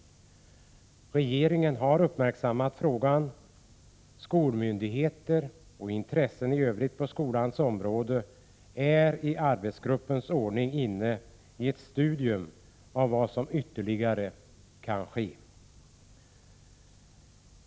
Regeringen har uppmärksammat frågan. Skolmyndigheter och intressen i övrigt på skolans område överväger i arbetsgrupper vad som ytterligare bör göras.